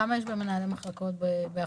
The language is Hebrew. כמה יש בין מנהלי מחלקות באחוזים?